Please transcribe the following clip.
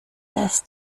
dass